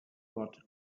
what